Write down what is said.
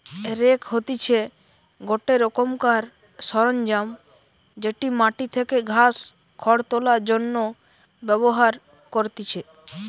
rake হতিছে গটে রোকমকার সরঞ্জাম যেটি মাটি থেকে ঘাস, খড় তোলার জন্য ব্যবহার করতিছে